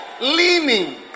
Leaning